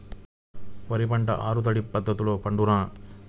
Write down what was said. వరి పంట ఆరు తడి పద్ధతిలో పండునా?